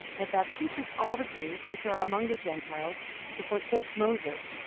that thou teachest all the jews which are among the gentiles to forsake moses,